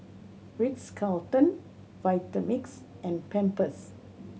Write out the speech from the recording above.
Ritz Carlton Vitamix and Pampers